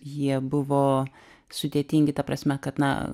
jie buvo sudėtingi ta prasme kad na